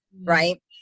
Right